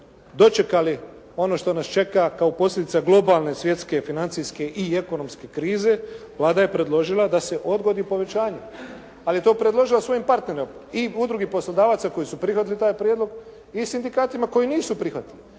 dočekali ono što nas čeka kao posljedica globalne svjetske i financijske i ekonomske krize, Vlada je predložila da se odgodi povećanje, ali je to predložila svojim partnerima i udrugi poslodavaca koji su prihvatili taj prijedlog i sindikatima koji nisu prihvatili.